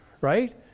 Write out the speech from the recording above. right